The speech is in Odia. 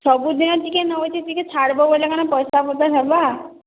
ସବୁଦିନ ଟିକେ ନେଉଛି ଟିକେ ଛାଡ଼ିବ ବୋଲି ଟିକେ ପଇସା ପତ୍ର ହେବା